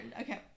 Okay